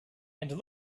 and